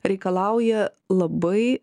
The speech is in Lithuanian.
reikalauja labai